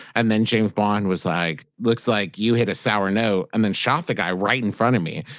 and then james bond was like, looks like you hit a sour note, and then shot the guy right in front of me.